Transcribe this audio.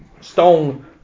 stone